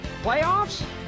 Playoffs